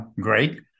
great